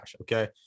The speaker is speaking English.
okay